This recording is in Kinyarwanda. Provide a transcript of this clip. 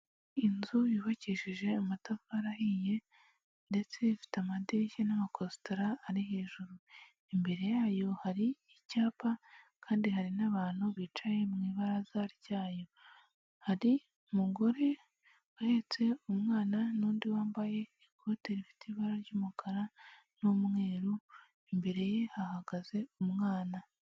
Inzu yubakishije amatafari ahiye ndetse ifite amadirishya n'amakosita ari hejuru, imbere yayo hari icyapa kandi hari n'abantu bicaye mu ibaraza ryayo hari umugore uheretse umwana n'undi wambaye ikote rifite ibara ry'umukara n'umweru imbere ye hagaze umwana.